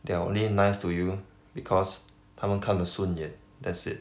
they are only nice to you because 他们看得顺眼 that's it